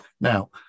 Now